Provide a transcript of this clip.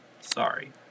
Sorry